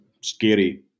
scary